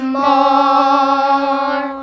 more